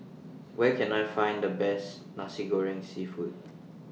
Where Can I Find The Best Nasi Goreng Seafood